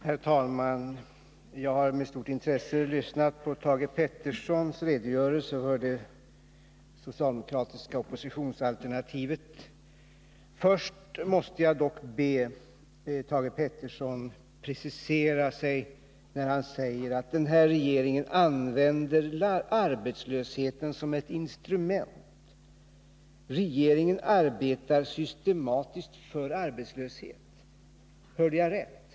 Herr talman! Jag har med stort intresse lyssnat på Thage Petersons redogörelse för det socialdemokratiska oppositionsalternativet. Först måste jag dock be Thage Peterson att precisera sig. Han säger att den här regeringen använder arbetslösheten som ett instrument — regeringen arbetar systematiskt för arbetslöshet. Hörde jag rätt?